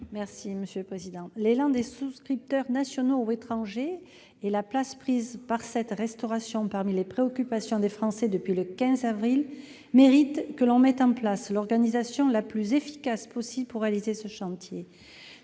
l'amendement n° 40. L'élan des souscripteurs, qu'ils soient nationaux ou étrangers, et la place prise par cette restauration parmi les préoccupations des Français depuis le 15 avril méritent que l'on mette en place l'organisation la plus efficace possible pour réaliser ce chantier.